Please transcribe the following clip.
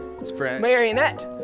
Marionette